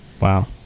Wow